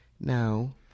Now